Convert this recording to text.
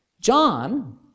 John